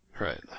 right